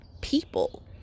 people